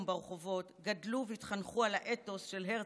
ברחובות גדלו והתחנכו על האתוס של הרצל,